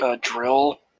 Drill